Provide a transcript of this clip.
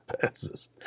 passes